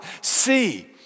See